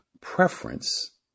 preference